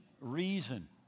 reason